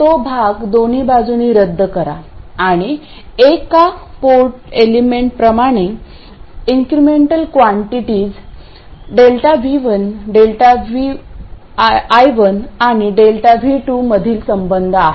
तर तो भाग दोन्ही बाजूंनी रद्द करा आणि एका पोर्ट एलिमेंट प्रमाणे इन्क्रिमेंटल कॉन्टिटी ΔI1 ΔV1 आणि ΔV2 मधील संबंध आहे